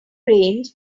range